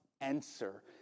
answer